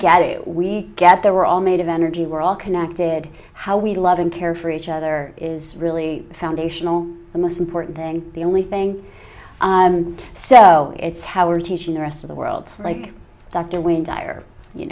it we get there were all made of energy we're all connected how we love and care for each other is really foundational the most important thing the only thing so it's how are teaching the rest of the world like dr wayne dyer you